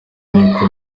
niko